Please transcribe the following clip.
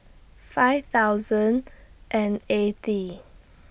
five thousand and eighty